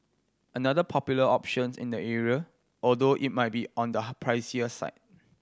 another popular options in the area although it might be on the pricier side